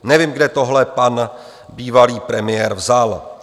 Nevím, kde tohle pan bývalý premiér vzal.